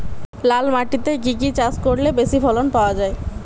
লাল মাটিতে কি কি চাষ করলে বেশি ফলন পাওয়া যায়?